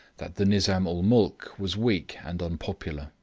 that the nizam-ul-mulk was weak and unpopular,